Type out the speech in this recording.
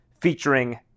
featuring